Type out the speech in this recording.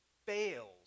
fails